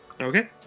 Okay